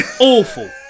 Awful